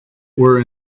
were